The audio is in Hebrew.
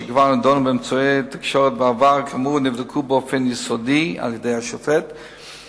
שכבר נדונו באמצעי התקשורת בעבר וכאמור נבדקו באופן יסודי על-ידי השופט,